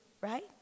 right